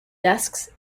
desks